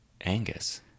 Angus